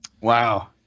Wow